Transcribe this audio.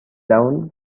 down